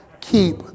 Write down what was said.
keep